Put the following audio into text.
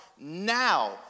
Now